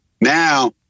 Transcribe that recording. now